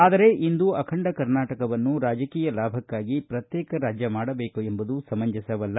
ಆದರೆ ಇಂದು ಅಖಂಡ ಕರ್ನಾಟಕವನ್ನು ರಾಜಕೀಯ ಲಾಭಕಾಗಿ ಪ್ರತ್ಯೇಕ ರಾಜ್ಯ ಮಾಡಬೇಕು ಎಂಬುದು ಸಮಂಜಸವಲ್ಲ